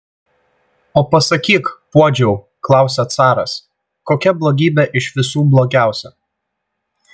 o pasakyk puodžiau klausia caras kokia blogybė iš visų blogiausia